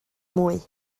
mwy